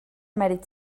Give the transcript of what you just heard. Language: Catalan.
mèrit